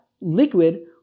liquid